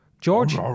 George